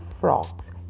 frogs